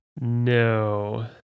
No